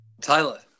Tyler